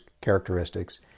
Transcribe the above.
characteristics